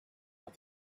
that